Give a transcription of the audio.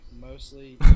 Mostly